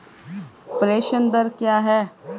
प्रेषण दर क्या है?